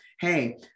hey